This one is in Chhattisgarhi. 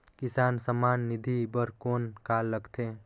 किसान सम्मान निधि बर कौन का लगथे?